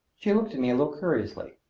she looked at me a little curiously.